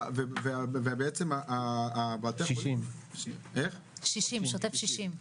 ובעצם בתי החולים --- שוטף 60. שוטף 60,